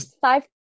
Five